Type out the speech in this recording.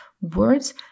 Words